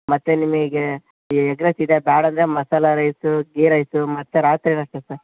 ಮತ್ತೆ ನಿಮಿಗೆ ಈ ಎಗ್ ರೈಸ್ ಇದೆ ಬೇಡಂದ್ರೆ ಮಸಾಲ ರೈಸು ಗೀ ರೈಸು ಮತ್ತೆ ರಾತ್ರಿಗೆ ಅಷ್ಟೆ ಸರ್